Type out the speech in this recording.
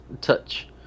touch